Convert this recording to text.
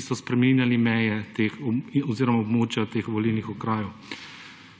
so spreminjali meje oziroma območja teh volilnih okrajev.